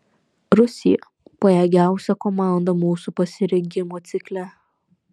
rusija pajėgiausia komanda mūsų pasirengimo cikle